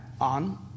On